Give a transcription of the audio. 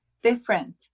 different